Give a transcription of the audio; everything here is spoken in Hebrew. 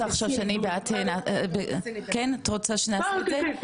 תכתבו עכשיו בגוגל זכותון לעובד זר.